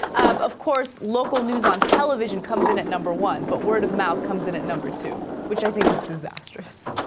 of course local news on television comes in at number one but word of mouth comes in at number two which i think is disastrous